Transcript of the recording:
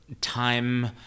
time